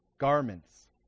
garments